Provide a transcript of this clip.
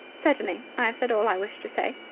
certainly. i have said all i wished to say.